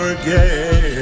again